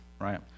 right